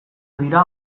dira